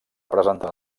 presentar